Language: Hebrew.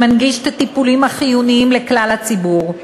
שמנגיש את הטיפולים החיוניים לכלל הציבור,